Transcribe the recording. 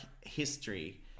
history